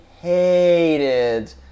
hated